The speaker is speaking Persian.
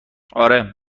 آره